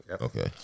okay